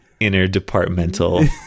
interdepartmental